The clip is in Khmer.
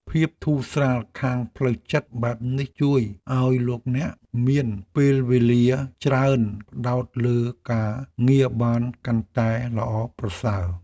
ភាពធូរស្រាលខាងផ្លូវចិត្តបែបនេះជួយឱ្យលោកអ្នកមានពេលវេលាច្រើនផ្តោតលើការងារបានកាន់តែល្អប្រសើរ។